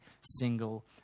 single